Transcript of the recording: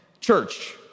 church